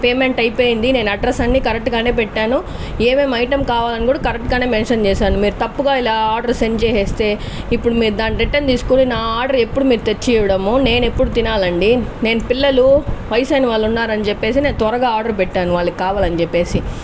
payment అయిపోయింది నేను address అన్ని కరెక్ట్ గానే పెట్టాను ఏమేం ఐటెం కావాలని కూడా కరెక్ట్ గానే మెన్షన్ చేశాను మీరు తప్పుగా ఇలా ఆర్డర్ సెండ్ చేసేస్తే ఇప్పుడు మీరు దాన్ని రిటర్న్ తీసుకొని నా ఆర్డర్ ఎప్పుడు మీరు తెచ్చి ఇవ్వడము నేను ఎప్పుడు తినాలండి నేను పిల్లలు వయసు అయిన వాళ్ళు ఉన్నారని చెప్పేసి నేను త్వరగా ఆర్డర్ పెట్టాను వాళ్లకి కావాలని చెప్పేసి